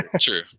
true